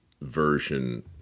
version